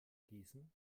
gießen